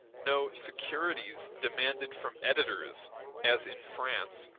no securities demanded from editors as in france,